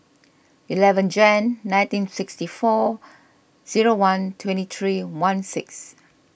eleven Jan nineteen sixty four zero one twenty three one six